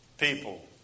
people